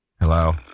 Hello